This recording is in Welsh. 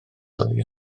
oddi